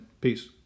Peace